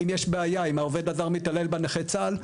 אם העובד הזר מתעלל בנכה צה"ל,